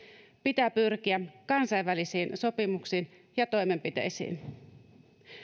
pitää pyrkiä kansainvälisiin sopimuksiin ja toimenpiteisiin